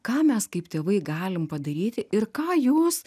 ką mes kaip tėvai galim padaryti ir ką jūs